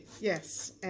yes